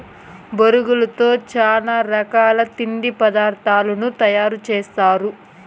బొరుగులతో చానా రకాల తిండి పదార్థాలు తయారు సేస్తారు